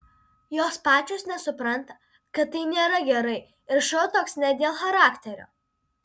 jos pačios nesupranta kad tai nėra gerai ir šou toks ne dėl charakterio